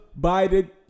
Biden